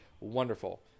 wonderful